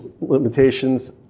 limitations